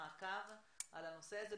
מעקב על הנושא הזה.